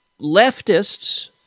leftists